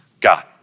God